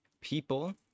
people